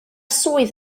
swydd